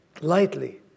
lightly